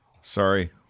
Sorry